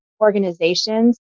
organizations